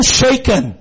shaken